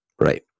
right